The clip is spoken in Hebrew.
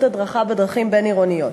הדרכה לנהגים בדרכים בין-עירוניות.